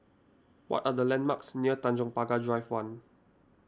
what are the landmarks near Tanjong Pagar Drive one